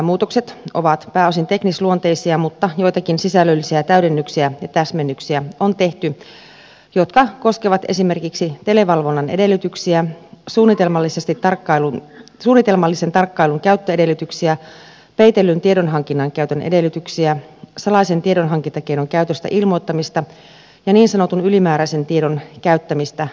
muutokset ovat pääosin teknisluonteisia mutta on tehty joitakin sisällöllisiä täydennyksiä ja täsmennyksiä jotka koskevat esimerkiksi televalvonnan edellytyksiä suunnitelmallisen tarkkailun käyttöedellytyksiä peitellyn tiedonhankinnan käytön edellytyksiä salaisen tiedonhankintakeinon käytöstä ilmoittamista ja niin sanotun ylimääräisen tiedon käyttämistä näyttönä